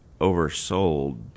oversold